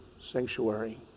sanctuary